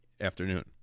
afternoon